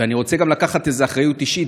אני רוצה גם לקחת איזו אחריות אישית,